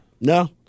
No